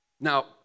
Now